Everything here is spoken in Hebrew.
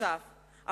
נוסף על כך,